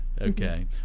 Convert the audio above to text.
Okay